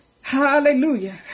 hallelujah